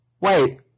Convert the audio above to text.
Wait